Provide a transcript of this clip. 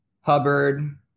Hubbard